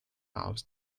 alms